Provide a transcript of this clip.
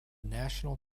national